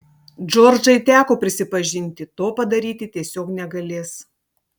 džordžai teko prisipažinti to padaryti tiesiog negalės